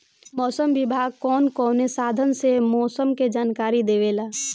मौसम विभाग कौन कौने साधन से मोसम के जानकारी देवेला?